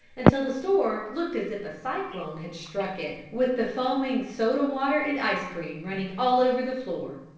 until the store looked as if a cyclone had struck it, with the foaming soda-water and ice-cream running all over the floor.